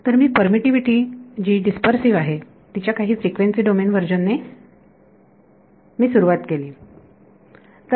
तर मी परमिटीव्हीटी जी डीस्पर्सीव्ह आहे तिच्या काही फ्रिक्वेन्सी डोमेन व्हर्जन ने मी सुरुवात केली